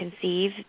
conceive